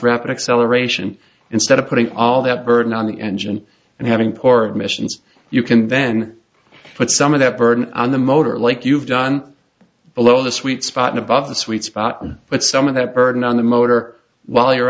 rapid acceleration instead of putting all that burden on the engine and having poor admissions you can then put some of that burden on the motor like you've done below the sweet spot above the sweet spot but some of that burden on the motor while you're